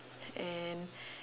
and